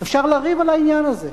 אפשר לריב על העניין הזה.